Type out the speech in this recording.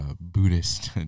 Buddhist